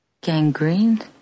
Gangrene